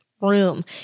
room